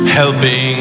helping